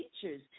teachers